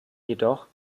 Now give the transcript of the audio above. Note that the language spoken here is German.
jedoch